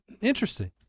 Interesting